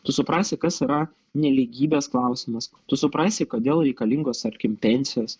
tu suprasi kas yra nelygybės klausimas tu suprasi kodėl reikalingos tarkim pensijos